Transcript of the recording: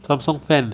samsung fan